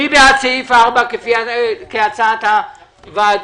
מי בעד סעיף 4, כהצעת הוועדה?